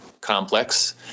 complex